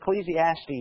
Ecclesiastes